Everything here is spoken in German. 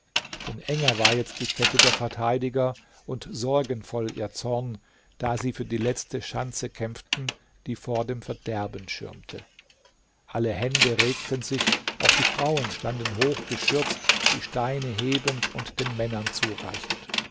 denn enger war jetzt die kette der verteidiger und sorgenvoll ihr zorn da sie für die letzte schanze kämpften die vor dem verderben schirmte alle hände regten sich auch die frauen standen hochgeschürzt die steine hebend und den männern zureichend